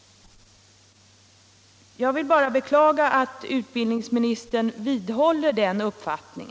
Jag beklagar att utbildningsministern vidhåller sin uppfattning.